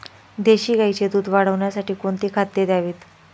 देशी गाईचे दूध वाढवण्यासाठी कोणती खाद्ये द्यावीत?